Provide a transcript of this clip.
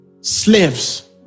Slaves